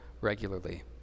regularly